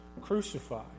crucified